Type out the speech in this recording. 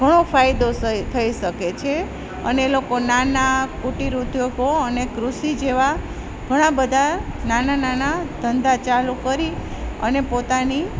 ઘણો ફાયદો થઈ શકે છે અને એ લોકો નાના કુટીર ઉદ્યોગો અને કૃષિ જેવા ઘણા બધા નાના નાના ધંધા ચાલુ કરી અને પોતાની